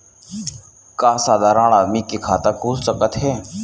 का साधारण आदमी के खाता खुल सकत हे?